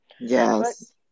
Yes